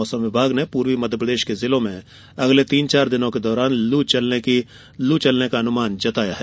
मौसम विभाग ने पूर्वी मध्यप्रदेश के जिलों में अगले तीन चार दिन के दौरान लू चलने की संभावना व्यक्त की है